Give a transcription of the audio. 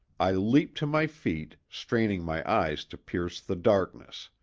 i leaped to my feet, straining my eyes to pierce the darkness.